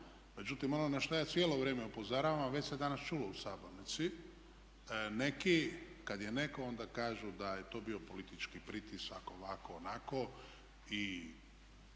Međutim, ono na šta ja cijelo vrijeme upozoravam, a već se danas čulo u sabornici. Neki, kad je neko onda kažu da je to bio politički pritisak, ovako, onako i